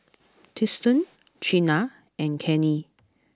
Tristen Chynna and Cannie